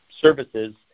services